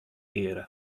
eare